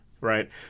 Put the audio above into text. right